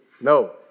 No